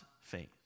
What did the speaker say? face